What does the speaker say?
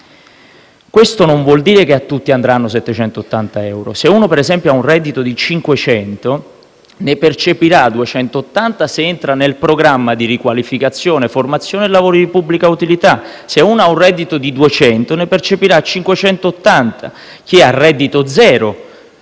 questo non vuol dire che a tutti andranno 780 euro. Se una persona, per esempio, ha un reddito di 500 euro, ne percepirà 280 se entra nel programma di riqualificazione e formazione e lavori di pubblica utilità; se una persona ha un reddito di 200 ne percepirà 580; chi ha reddito zero